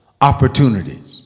opportunities